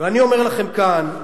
ואני אומר לכם כאן,